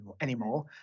anymore